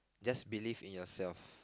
just believe in yourself